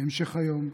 בהמשך היום,